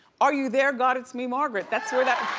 are you there god? it's me margaret. that's where that